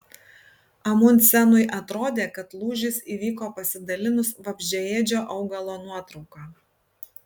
amundsenui atrodė kad lūžis įvyko pasidalinus vabzdžiaėdžio augalo nuotrauka